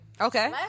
Okay